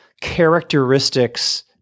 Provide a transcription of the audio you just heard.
characteristics